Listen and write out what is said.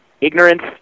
ignorance